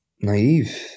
naive